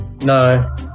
No